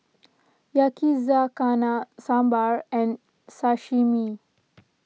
Yakizakana Sambar and Sashimi